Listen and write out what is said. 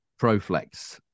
ProFlex